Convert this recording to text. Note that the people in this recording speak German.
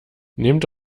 nehmt